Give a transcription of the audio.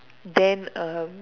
then uh